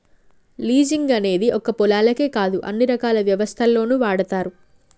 leasing అనేది ఒక్క పొలాలకే కాదు అన్ని రకాల వ్యవస్థల్లోనూ వాడతారు